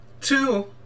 two